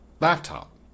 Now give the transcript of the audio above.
laptop